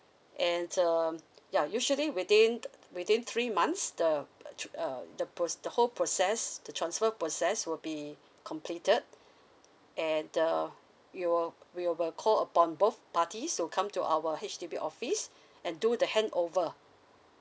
and um ya usually within within three months the p~ tr~ uh the proc~ the whole process the transfer process will be completed and uh we will we will call upon both parties to come to our H_D_B office and do the handover